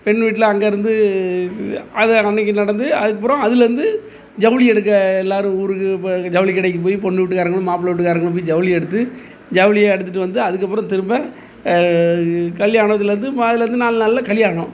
பெண் வீட்டில் அங்கேருந்து அதை அன்றைக்கி நடந்து அதுக்கப்புறம் அதுலேருந்து ஜவுளி எடுக்க எல்லாரும் ஊருக்கு போய் ஜவுளி கடைக்கு போய் பொண்ணு வீட்டுக்காரங்களும் மாப்பிள வீட்டுக்காரங்களும் போய் ஜவுளி எடுத்து ஜவுளியை எடுத்துட்டு வந்து அதுக்கப்புறம் திரும்ப கல்யாணம் இதுலேருந்து அதுலேருந்து நாலு நாளில் கல்யாணம்